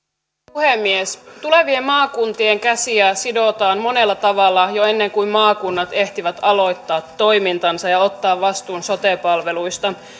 puhemies tulevien maakuntien käsiä sidotaan monella tavalla jo ennen kuin maakunnat ehtivät aloittaa toimintansa ja ottaa vastuun sote palveluista